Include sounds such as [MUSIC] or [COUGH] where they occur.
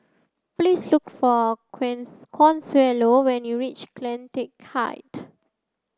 please look for [UNINTELLIGIBLE] Consuelo when you reach CleanTech Height